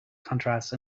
contrast